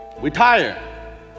retire